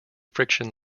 friction